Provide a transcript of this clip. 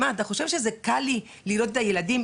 אתה חושב שקל לי לראות את הילדים?